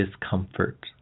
discomfort